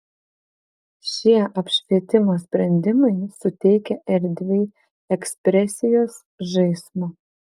šie apšvietimo sprendimai suteikia erdvei ekspresijos žaismo